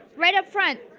right up front.